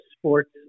Sports